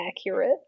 accurate